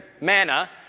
manna